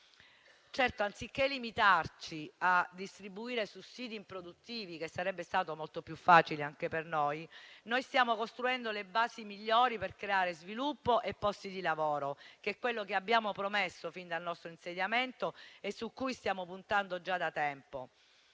Certo, anziché limitarci a distribuire sussidi improduttivi, che sarebbe stato molto più facile anche per noi, stiamo costruendo le basi migliori per creare sviluppo e posti di lavoro, che è quello che abbiamo promesso fin dal nostro insediamento e su cui stiamo puntando già da tempo.